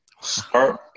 start